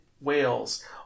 whales